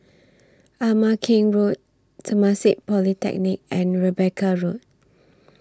Ama Keng Road Temasek Polytechnic and Rebecca Road